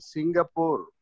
Singapore